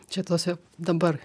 čia tose dabar